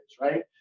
right